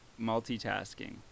multitasking